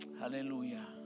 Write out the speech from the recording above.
Hallelujah